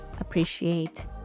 appreciate